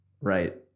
Right